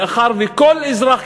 מאחר שכל אזרח,